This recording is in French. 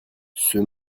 ceux